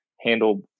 handle